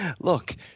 look